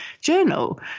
journal